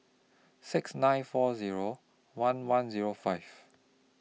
six nine four Zero one one Zero five